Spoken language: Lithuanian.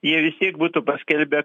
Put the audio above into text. jei vis tiek būtų paskelbę